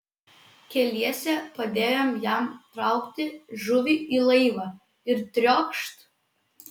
keliese padėjom jam traukti žuvį į laivą ir triokšt